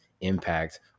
impact